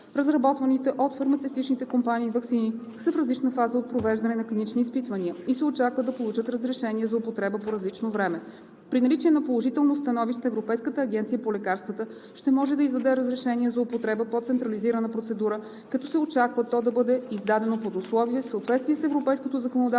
Разработваните от фармацевтичните компаниите ваксини са в различна фаза от провеждане на клинични изпитвания и се очаква да получат разрешение за употреба по различно време. При наличие на положително становище Европейската агенция по лекарствата ще може да издаде разрешение за употреба по централизирана процедура, като се очаква то да бъде издадено под условие в съответствие с европейското законодателство